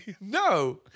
No